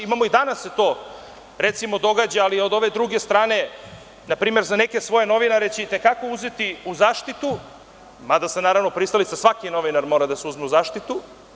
Imamo, i danas se to, recimo događa ali od ove druge strane, na primer za neke svoje novinare će i te kako uzeti u zaštitu, mada sam naravno pristalica, svaki novinar mora da se uzme u zaštitu.